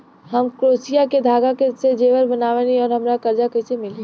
हम क्रोशिया के धागा से जेवर बनावेनी और हमरा कर्जा कइसे मिली?